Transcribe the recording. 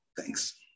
Thanks